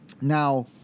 Now